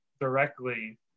directly